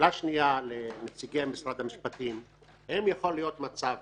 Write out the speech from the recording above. שאלה שניה לנציגי משרד המשפטים: האם יכול להיות מצב